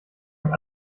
und